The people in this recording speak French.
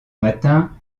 matin